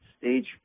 stage